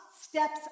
steps